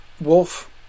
Wolf